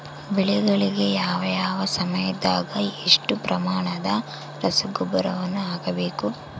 ಬೆಳೆಗಳಿಗೆ ಯಾವ ಯಾವ ಸಮಯದಾಗ ಎಷ್ಟು ಪ್ರಮಾಣದ ರಸಗೊಬ್ಬರವನ್ನು ಹಾಕಬೇಕು?